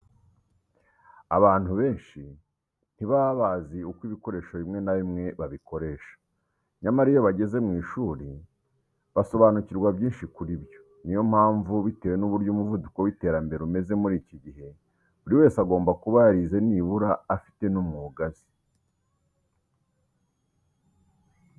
Abantu benshi ntibaba bazi uko ibikoresho bimwe na bimwe babikoresha, nyamara iyo bageze mu ishuri basobanukirwa byinshi kuri byo. Ni yo mpamvu bitewe n'uburyo umuvuduko w'iterambere umeze muri iki gihe, buri wese agomba kuba yarize nibura afite n'umwuga azi.